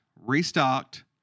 restocked